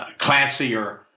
classier